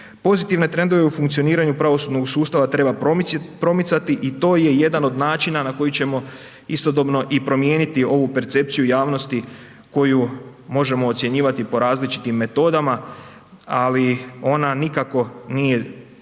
Pozitivne trendove u funkcioniranju pravosudnog sustava treba promicati i to je jedan od način na koji ćemo istodobno i promijeniti ovu percepciju javnosti koju možemo ocjenjivati po različitim metodama ali ona nikako nije